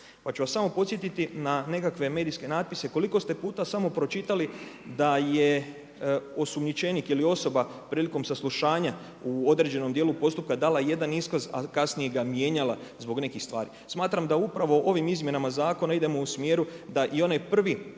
pa ću vas samo podsjetiti na nekakve medijske natpise koliko ste puta samo pročitali da je osumnjičenik ili osoba prilikom saslušanja u određenom dijelu postupka dala jedan iskaz, a kasnije ga mijenjala zbog nekih stvari. Smatram da upravo ovim izmjenama zakona idemo u smjeru da i onaj prvi